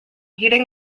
heating